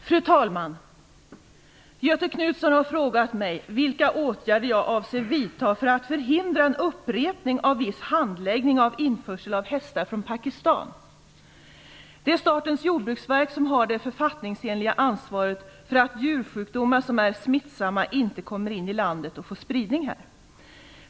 Fru talman! Göthe Knutson har frågat mig vilka åtgärder jag avser vidta för att förhindra en upprepning av viss handläggning av införsel av hästar från Det är Statens jordbruksverk som har det författningsenliga ansvaret för att djursjukdomar som är smittsamma inte kommer in i landet och får spridning här.